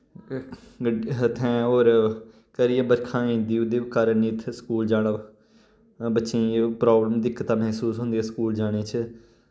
गड्डी उत्थैं और करियै बरखा होई जंदी ओह्दे कारण इत्थै स्कूल जाना बच्चें गी प्राब्लम दिक्कतां मैहसूस होंदियां स्कूल जाने च